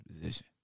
position